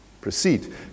proceed